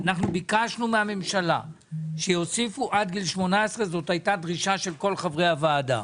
ביקשנו מהממשלה שיוסיפו עד גיל 18; זו הייתה דרישה של כל חברי הוועדה.